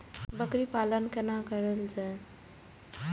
बकरी पालन केना कर जाय?